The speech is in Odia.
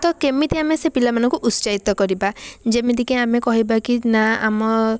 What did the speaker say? ତ କେମିତି ଆମେ ସେ ପିଲାମାନଙ୍କୁ ଉତ୍ସାହିତ କରିବା ଯେମିତିକି ଆମେ କହିବା କି ନା ଆମ